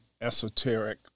esoteric